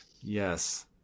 Yes